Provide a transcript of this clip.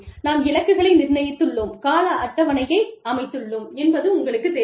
நாம் இலக்குகளை நிர்ணயித்துள்ளோம் கால அட்டவணையை அமைத்துள்ளோம் என்பது உங்களுக்குத் தெரியும்